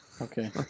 Okay